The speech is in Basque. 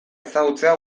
ezagutzea